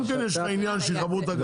גם כן יש לך עניין של חברות הגז.